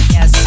Yes